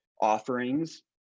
offerings